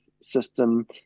system